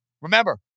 Remember